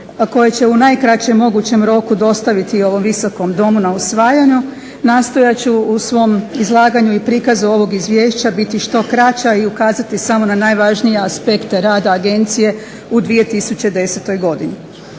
koje će u najkraćem mogućem roku dostaviti ovom Visokom domu na usvajanje, nastojat ću u svom izlaganju i prikazu ovog Izvješća biti što kraća i ukazati na najvažnije aspekte rada Agencije u 2010. godini.